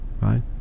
right